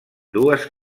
dues